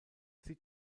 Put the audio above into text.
sie